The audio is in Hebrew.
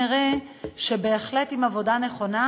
נראה שבהחלט בעבודה נכונה